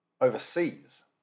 overseas